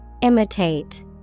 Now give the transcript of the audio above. Imitate